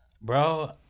bro